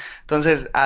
Entonces